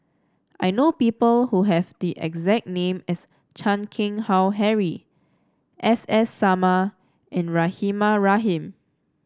I know people who have the exact name as Chan Keng Howe Harry S S Sarma and Rahimah Rahim